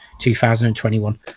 2021